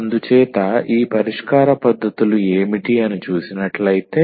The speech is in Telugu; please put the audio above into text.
అందుచేత ఈ పరిష్కార పద్ధతులు ఏమిటి అని చూసినట్లైతే